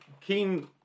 keen